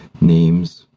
names